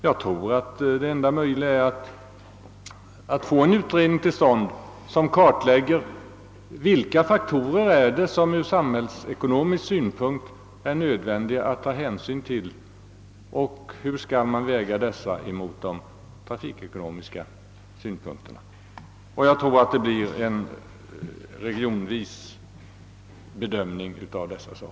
Jag tror att enda möjligheten är att tillsätta en utredning som kartlägger vilka faktorer det är som det ur samhällsekonomisk synpunkt är nödvändigt att ta hänsyn till och hur man skall väga dessa mot de trafikekonomiska synpunkterna. Jag tror att man måste göra en bedömning av dessa ting region för region.